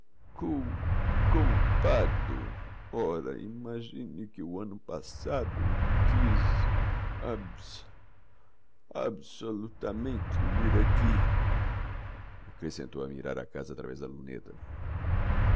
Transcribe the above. ora imagine que o anno passado quiz abs absolutamente vir aqui acrescentou a mirar a casa através da luneta